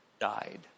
died